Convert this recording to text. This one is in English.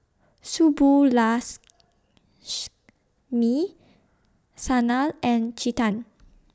Sanal and Chetan